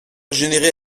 générer